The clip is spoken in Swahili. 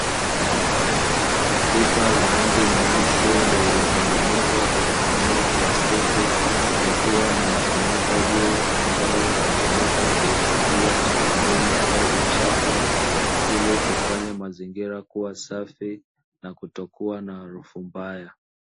Pipa la rangi nyeusi lililotengenezwa kwa kutumia plastiki likiwa na mfuniko juu, ambalo hutumika kuhifadhia taka ngumu au uchafu, ili kufanya mazingira kuwa safi na kutokuwa na harufu mbaya.